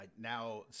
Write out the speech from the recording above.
now